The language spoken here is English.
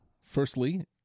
firstly